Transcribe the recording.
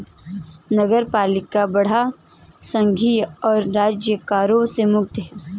नगरपालिका बांड संघीय और राज्य करों से मुक्त हैं